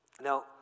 Now